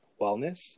wellness